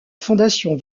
fondation